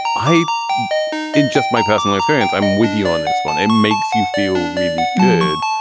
i it's just my personal experience. i'm with you on this one it makes you feel really good.